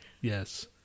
Yes